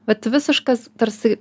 vat visiškas tarsi